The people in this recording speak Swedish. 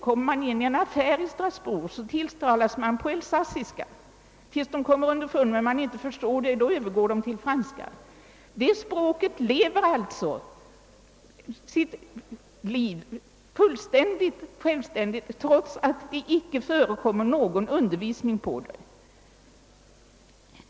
Kommer man in i en affär i Strasbourg tilltalas man på elsassiska tills vederbörande kommer underfund med att man inte förstår det och då övergår till franska. Det elsassiska språket lever alltså sitt liv fullständigt självständigt trots att det icke förekommer någon undervisning på det språket.